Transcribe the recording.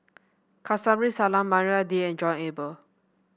Kamsari Salam Maria Dyer and John Eber